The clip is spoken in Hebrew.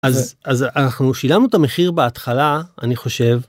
אז אז אנחנו שילמנו את המחיר בהתחלה אני חושב.